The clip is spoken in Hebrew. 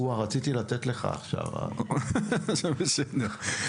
קודם כול,